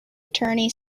attorney